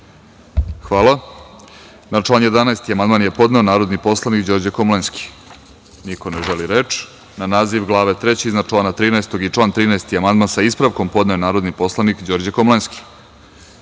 Hvala. Na član 11. amandman je podneo narodni poslanik Đorđe Komlenski. Niko ne želi reč. Na naziv glave III iznad člana 13. i član 13. amandman sa ispravkom podneo je narodni poslanik Đorđe Komlenski. Niko